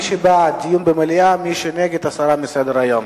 מי שבעד, דיון במליאה, מי שנגד, הסרה מסדר-היום.